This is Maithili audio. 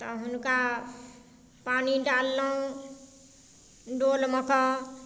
तऽ हुनका पानि डाललहुॅं डोलमे कऽ